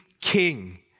king